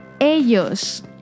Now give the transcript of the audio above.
ellos